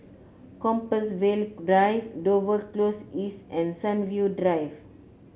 Compassvale Drive Dover Close East and Sunview Drive